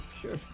Sure